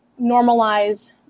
normalize